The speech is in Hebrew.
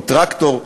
עם טרקטור.